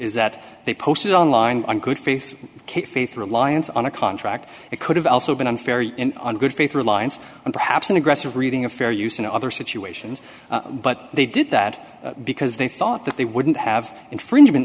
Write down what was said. is that they posted online on good faith kept faith reliance on a contract it could have also been unfair on good faith reliance on perhaps an aggressive reading of fair use in other situations but they did that because they thought that they wouldn't have infringement